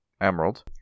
Emerald